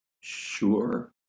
Sure